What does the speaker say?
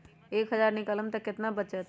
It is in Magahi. एक हज़ार निकालम त कितना वचत?